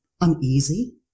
uneasy